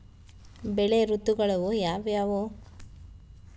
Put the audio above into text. ಬೆಳೆ ಋತುಗಳು ಯಾವ್ಯಾವು?